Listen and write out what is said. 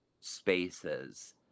spaces